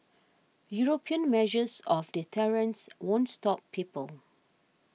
European measures of deterrence won't stop people